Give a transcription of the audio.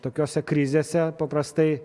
tokiose krizėse paprastai